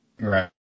Right